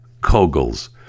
Kogel's